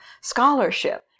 scholarship